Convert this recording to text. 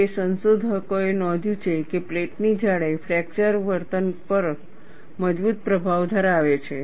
જો કે સંશોધકોએ નોંધ્યું છે કે પ્લેટની જાડાઈ ફ્રેક્ચર વર્તન પર મજબૂત પ્રભાવ ધરાવે છે